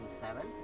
seven